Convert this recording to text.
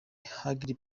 hugely